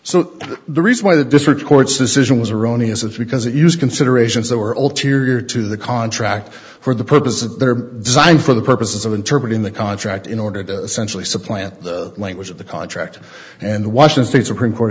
so the reason why the district court's decision was erroneous it's because it used considerations that were all teary or to the contract for the purpose of their design for the purposes of interpret in the contract in order to centrally supplant the language of the contract and the washington supreme court